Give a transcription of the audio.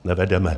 Nevedeme.